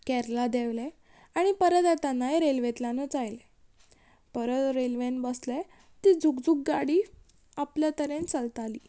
केरला देंवलें आनी परत येतानाय रेल्वेतल्यानूच आयलें परत रेल्वेन बसलें ती जूक जूक गाडी आपल्या तरेन चलताली